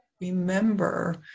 remember